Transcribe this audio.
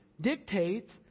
dictates